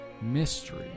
mystery